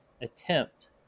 attempt